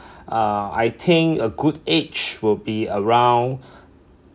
uh I think a good age will be around